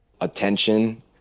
attention